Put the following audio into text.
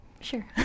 sure